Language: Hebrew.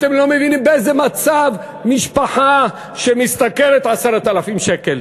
אתם לא מבינים את המצב של משפחה שמשתכרת 10,000 שקל.